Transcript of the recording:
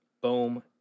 Boom